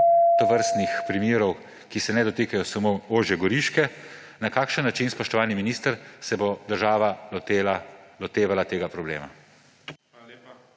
tovrstnih primerov, ki se ne dotikajo samo ožje Goriške. Na kakšen način, spoštovani minister, se bo država lotevala tega problema?